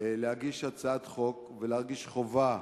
להגיש הצעת חוק ולהרגיש חובה